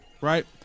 Right